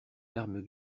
larmes